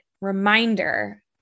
reminder